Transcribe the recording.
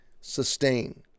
Sustain